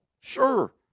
Sure